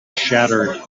shattered